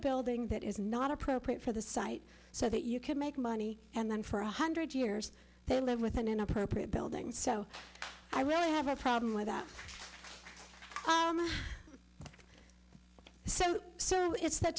building that is not appropriate for the site so that you can make money and then for a hundred years they live with an inappropriate building so i really have a problem with that so it's the